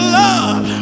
love